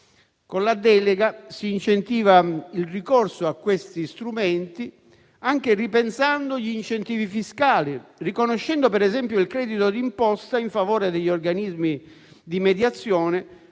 Con la delega si incentiva il ricorso a questi strumenti anche ripensando gli incentivi fiscali, riconoscendo, per esempio, il credito di imposta in favore degli organismi di mediazione,